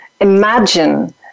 imagine